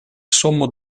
sommo